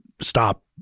stop